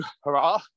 hurrah